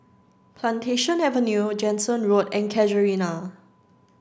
plantation Avenue Jansen Road and Casuarina